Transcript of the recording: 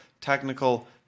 technical